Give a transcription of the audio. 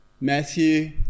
Matthew